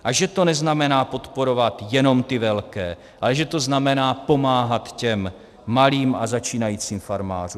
Že to neznamená podporovat jenom ty velké, ale že to znamená pomáhat těm malým a začínajícím farmářům.